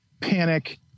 panic